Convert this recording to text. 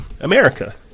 America